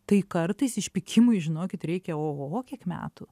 tai kartais išpykimui žinokit reikia ohoho kiek metų